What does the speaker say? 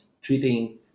treating